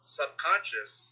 subconscious